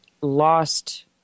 lost